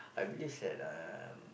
I believe that um